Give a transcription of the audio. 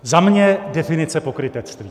Za mě definice pokrytectví.